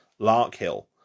Larkhill